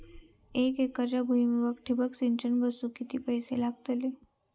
एक एकरच्या भुईमुगाक ठिबक सिंचन बसवूक किती पैशे लागतले?